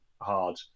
hard